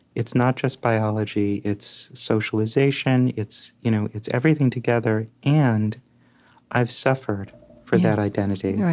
it's not just biology it's socialization. it's you know it's everything together, and i've suffered for that identity.